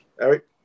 Eric